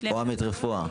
תומך רפואה.